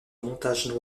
montage